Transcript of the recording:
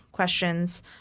Questions